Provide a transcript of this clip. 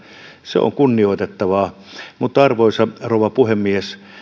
se on kunnioitettavaa mutta arvoisa rouva puhemies